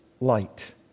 light